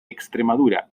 extremadura